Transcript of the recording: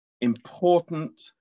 important